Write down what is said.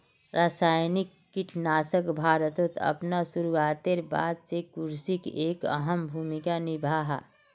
रासायनिक कीटनाशक भारतोत अपना शुरुआतेर बाद से कृषित एक अहम भूमिका निभा हा